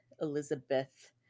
Elizabeth